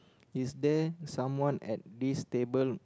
is there someone at this table